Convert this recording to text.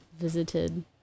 visited